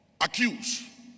accused